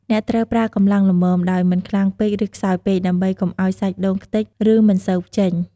អ្នកត្រូវប្រើកម្លាំងល្មម ដោយមិនខ្លាំងពេក ឬខ្សោយពេក ដើម្បីកុំឱ្យសាច់ដូងខ្ទេច ឬមិនសូវចេញ។